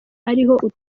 ariho